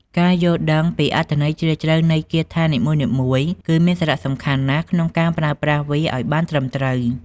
ការយល់ដឹងពីអត្ថន័យជ្រាលជ្រៅនៃគាថានីមួយៗគឺមានសារៈសំខាន់ណាស់ក្នុងការប្រើប្រាស់វាឱ្យបានត្រឹមត្រូវ។